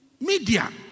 media